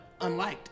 unliked